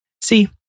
See